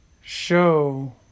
show